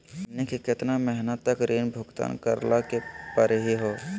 हमनी के केतना महीनों तक ऋण भुगतान करेला परही हो?